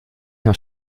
nach